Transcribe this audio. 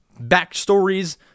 backstories